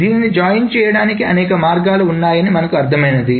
దీన్ని జాయిన్ చేయడానికి అనేక మార్గాలు ఉన్నాయని మనకు అర్థమైంది